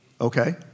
okay